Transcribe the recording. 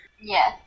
Yes